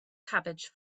cabbage